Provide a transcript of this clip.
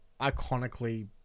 iconically